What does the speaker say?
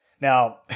Now